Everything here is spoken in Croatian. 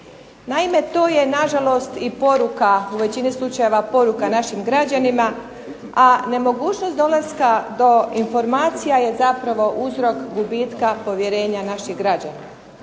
Naime to je nažalost i poruka, u većini slučajeva poruka našim građanima, a nemogućnost dolaska do informacija je zapravo uzrok gubitka povjerenja naših građana.